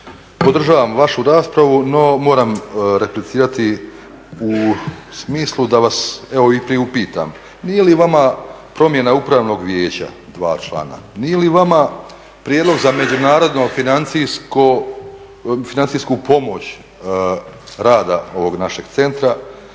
podržavam vašu raspravu no moram replicirati u smislu da vas evo i priupitam nije li vama promjena upravnog vijeća, dva člana, nije li vama prijedlog za međunarodnu financijsku pomoć rada ovog našeg centra